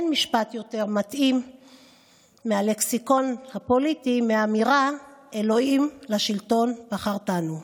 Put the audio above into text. אין משפט יותר מתאים בלקסיקון הפוליטי מהאמירה: אלוהים לשלטון בחרתנו.